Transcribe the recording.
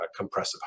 compressive